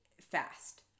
fast